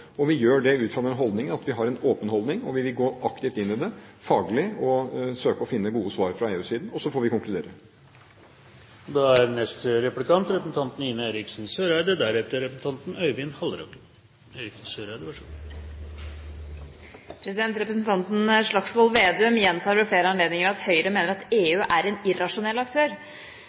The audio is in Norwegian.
og vi gjør det ut fra at vi har en åpen holdning. Vi vil gå aktivt inn i det faglig og søke å finne gode svar fra EUs side, og så får vi konkludere. Representanten Slagsvold Vedum gjentar ved flere anledninger at Høyre mener at EU er